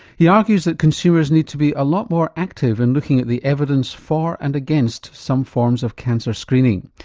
he argues that consumers need to be a lot more active in looking at the evidence for and against some forms of cancer screening.